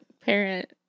parent